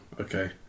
okay